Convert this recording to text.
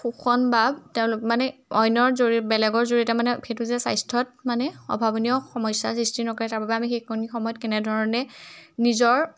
শোষণ বা তেওঁলোক মানে অন্যৰ জৰিয় বেলেগৰ জৰিয়তে মানে সেইটো যে স্বাস্থ্যত মানে অভাৱনীয় সমস্যাৰ সৃষ্টি নকৰে তাৰ বাবে আমি সেইখিনি সময়ত কেনেধৰণে নিজৰ